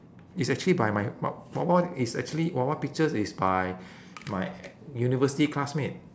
it's actually by my wa~ wawa is actually wawa pictures is by my university classmate